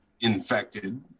infected